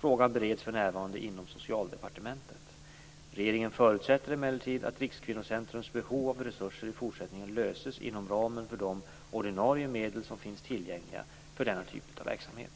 Frågan bereds för närvarande inom Socialdepartementet. Regeringen förutsätter emellertid att Rikskvinnocentrums behov av resurser i fortsättningen löses inom ramen för de ordinarie medel som finns tillgängliga för denna typ av verksamhet.